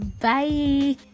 bye